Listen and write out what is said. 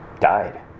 died